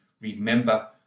remember